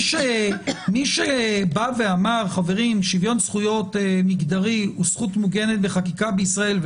מי שבא ואמר ששוויון זכויות מגדרי הוא זכות מוגנת בחקיקה בישראל,